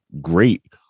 great